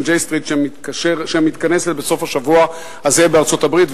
J Street שמתכנסת בסוף השבוע הזה בארצות-הברית,